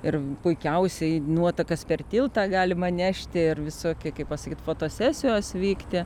ir puikiausiai nuotakas per tiltą galima nešti ir visokia kaip pasakyt fotosesijos vykti